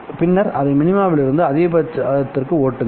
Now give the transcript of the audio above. பின்னர்அதை மினிமாவிலிருந்து அதிகபட்சத்திற்கு ஓட்டுங்கள்